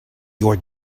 your